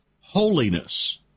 Holiness